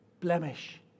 blemish